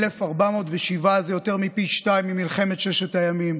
1,407 זה יותר מפי שניים ממלחמת ששת הימים,